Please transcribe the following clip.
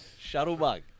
Shuttlebug